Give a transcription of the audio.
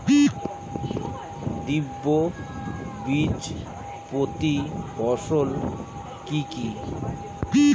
দ্বিবীজপত্রী ফসল কি কি?